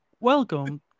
welcome